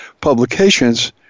publications